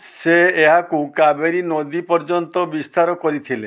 ସେ ଏହାକୁ କାବେରୀ ନଦୀ ପର୍ଯ୍ୟନ୍ତ ବିସ୍ତାର କରିଥିଲେ